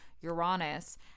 Uranus